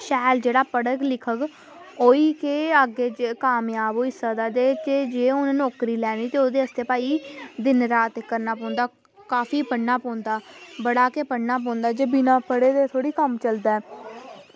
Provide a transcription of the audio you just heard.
शैल जेह्ड़ा पढ़ग लिखग ओह् अग्गें कामजाब होई सकदा जे हून नौकरी लैनी ते ओह्दे आस्तै दिन रात करना पौंदा काफी पढ़ना पौंदा बड़ा गै पढ़ना पौंदा जे बिना पढ़े कम्म थोह्ड़े चलदा